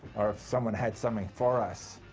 or if someone had something for us,